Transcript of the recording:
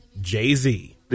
Jay-Z